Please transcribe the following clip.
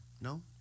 No